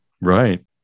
Right